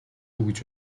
гэж